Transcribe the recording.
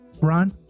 Ron